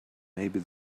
maybe